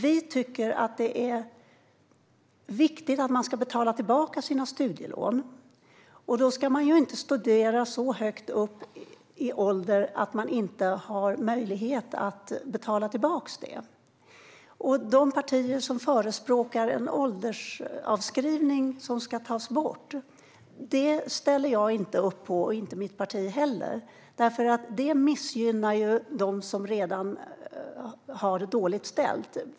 Vi tycker att det är viktigt att man betalar tillbaka sina studielån. Då ska man inte studera så högt upp i ålder att man inte har möjlighet att betala tillbaka detta. Det finns partier som förespråkar att en åldersavskrivning tas bort, men det ställer jag eller mitt parti inte upp på. Det skulle missgynna dem som redan har det dåligt ställt.